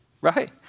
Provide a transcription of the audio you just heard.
right